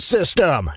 System